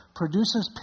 produces